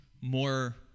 more